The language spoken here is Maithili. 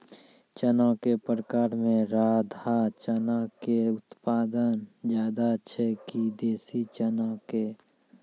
चना के प्रकार मे राधा चना के उत्पादन ज्यादा छै कि देसी चना के?